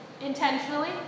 Intentionally